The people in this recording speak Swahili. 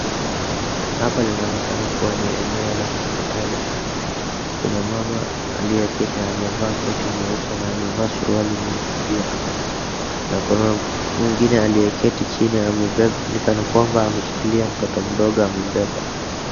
Hapa linaonekana kuwa ni eneo la hopsitali kuna mama aliyeketi amevaa koti nyeupe na amevaa suruali nyeupe pia. Na kuna mwingine aliyeketi chini ni kana kwamba ameshikilia mtoto mdogo amembeba.